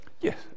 Yes